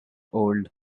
old